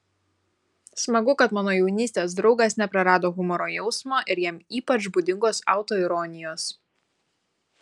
smagu kad mano jaunystės draugas neprarado humoro jausmo ir jam ypač būdingos autoironijos